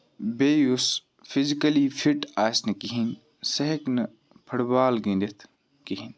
بیٚیہِ یُس physically fit آسہِ نہٕ کِہینۍ سُہ ہٮ۪کہِ نہٕ فُٹ بال گِندِتھ کِہینۍ